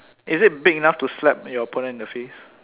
is it big enough to slap your opponent in the face